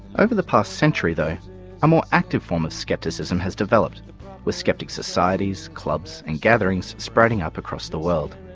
over the past century though a more active form of skepticism has developed with skeptic societies, clubs and gatherings sprouting up across the world.